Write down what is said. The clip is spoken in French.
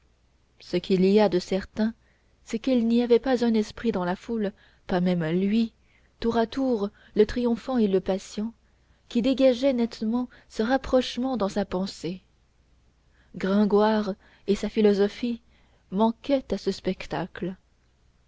ce qu'il y a de certain c'est qu'il n'y avait pas un esprit dans la foule pas même lui tour à tour le triomphant et le patient qui dégageât nettement ce rapprochement dans sa pensée gringoire et sa philosophie manquaient à ce spectacle